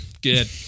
Good